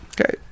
okay